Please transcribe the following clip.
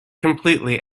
completely